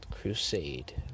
Crusade